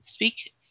Speak